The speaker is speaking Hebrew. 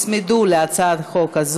סדר-היום שונה,